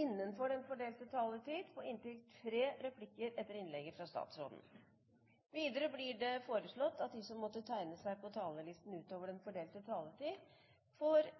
innenfor den fordelte taletid. Videre blir det foreslått at de som måtte tegne seg på talerlisten utover den fordelte taletid, får